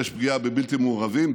יש פגיעה בבלתי מעורבים,